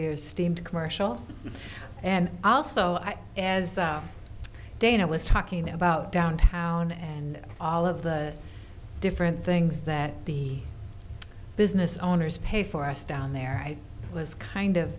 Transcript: your steamed commercial and also i as dana was talking about downtown and all of the different things that the business owners pay for us down there i was kind of